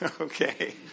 Okay